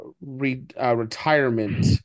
retirement